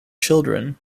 children